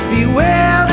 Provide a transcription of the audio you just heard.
Beware